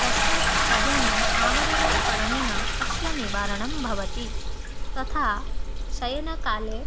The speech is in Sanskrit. तस्मात् खाद्यानाम् आवरणं करणेन अस्य निवारणं भवति तथा शयनकाले